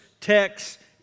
texts